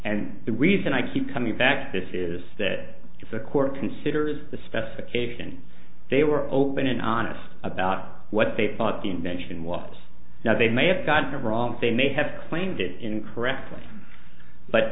and the reason i keep coming back this is that if the court considers the specifications they were open and honest about what they thought the invention was now they may have gotten it wrong they may have claimed it incorrectly but